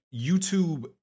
YouTube